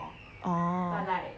orh